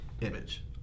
image